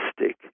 mystic